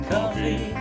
Coffee